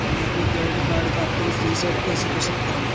मैं अपने credit card का पिन रिसेट कैसे कर सकता हूँ?